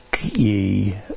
ye